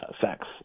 sex